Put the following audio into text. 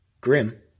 Grim